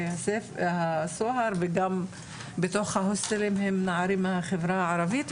הסוהר וגם בתוך ההוסטלים הם נערים מהחברה הערבית.